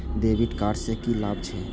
डेविट कार्ड से की लाभ छै?